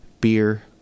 Beer